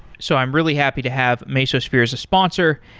so i'm really happy to have mesosphere as a sponsor,